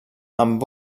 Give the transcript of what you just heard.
amb